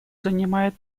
занимает